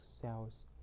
cells